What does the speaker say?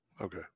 Okay